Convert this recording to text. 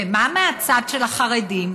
ומה מהצד של החרדים?